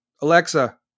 Alexa